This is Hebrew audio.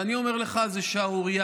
ואני אומר לך שזו שערורייה.